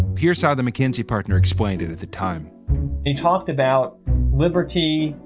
peirsol, the mckinsey partner, explained it at the time he talked about liberty,